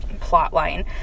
plotline